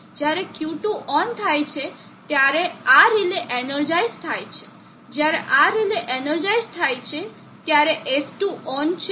જ્યારે Q2 on થાય છે ત્યારે આ રિલે એનર્જાઇસ થાય છે જ્યારે આ રિલે એનર્જાઇસ થાય છે ત્યારે S2 ઓન છે